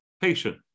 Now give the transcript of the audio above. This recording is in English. patient